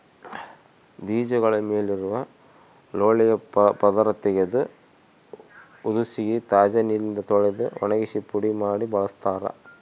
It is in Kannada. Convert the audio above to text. ಬೀಜಗಳ ಮೇಲಿರುವ ಲೋಳೆಯ ಪದರ ತೆಗೆದು ಹುದುಗಿಸಿ ತಾಜಾ ನೀರಿನಿಂದ ತೊಳೆದು ಒಣಗಿಸಿ ಪುಡಿ ಮಾಡಿ ಬಳಸ್ತಾರ